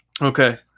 Okay